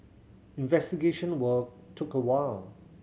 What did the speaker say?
investigation work took a while